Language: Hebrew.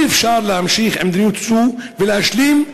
אי-אפשר להמשיך עם מדיניות זו ולהשלים.